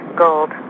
gold